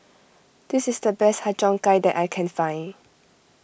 this is the best Har Cheong Gai that I can find